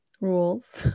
rules